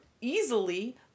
easily